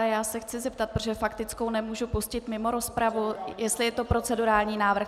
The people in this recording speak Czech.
Já se chci zeptat, protože faktickou nemůžu pustit mimo rozpravu, jestli je to procedurální návrh.